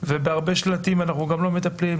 ובהרבה שלטים אנחנו גם לא מטפלים.